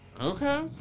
Okay